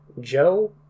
Joe